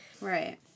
Right